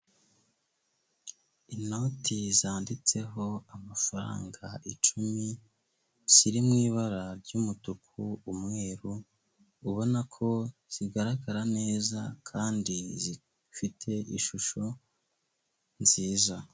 Inoti zanditseho amafaranga icumi, ziri mu ibara ry'umutuku, umweru, ubona ko zigaragara neza kandi zifite ishusho nziza.